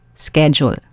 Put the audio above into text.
Schedule